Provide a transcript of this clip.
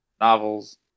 novels